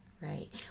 Right